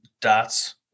dots